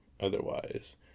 otherwise